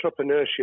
entrepreneurship